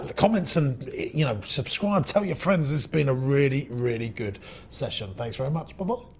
comments and you know subscribe, tell your friends it's been a really, really good session. thanks very much, but